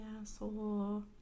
asshole